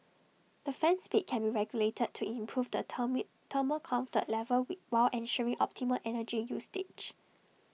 the fan speed can be regulated to improve the termite thermal comfort level with while ensuring optimal energy you stage